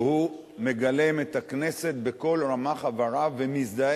שמגלם את הכנסת בכל רמ"ח איבריו ומזדהה